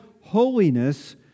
holiness